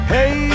Hey